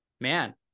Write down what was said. man